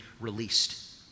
released